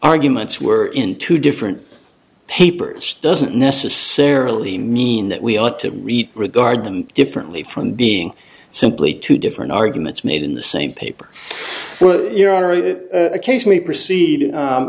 arguments were in two different papers doesn't necessarily mean that we ought to read regard them differently from being simply two different arguments made in the same paper occasionally proceed